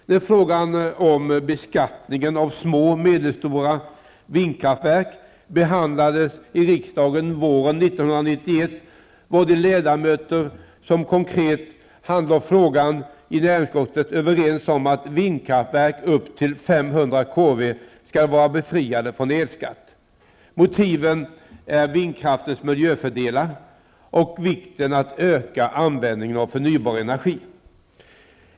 När frågan om beskattningen av små och medelstora vindkraftverk behandlades i riksdagen våren 1991 var de ledamöter som konkret handlade frågan överens om att vindkraftverk upp till 500 kW skall vara befriade från elskatt. Motiven är vindkraftens miljöfördelar och vikten av att öka användningen av förnybar energi.